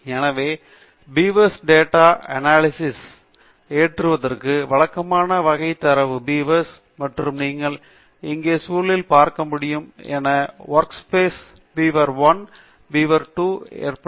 எனவே beavers data analysis ஏற்றுவதற்கு வழக்கமான வகை தரவு beavers மற்றும் நீங்கள் இங்கே சூழலில் பார்க்க முடியும் என ஒர்க் ஸ்பைஸ் பீவர்1 மற்றும் பீவர்2 ஏற்றப்படும்